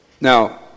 Now